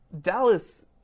Dallas